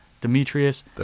Demetrius